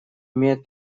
имеет